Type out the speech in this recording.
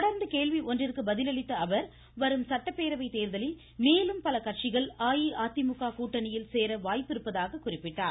தொடா்ந்து கேள்வி ஒன்றிற்கு பதில் அளித்த அவா் வரும் சட்டப்பேரவை தேர்தலில் மேலும் பல கட்சிகள் அஇஅதிமுக கூட்டணியில் சேர வாய்ப்பிருப்பதாக குறிப்பிட்டார்